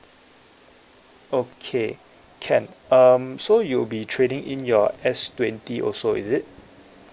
okay can um so you'll be trading in your S twenty also is it